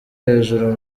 hejuru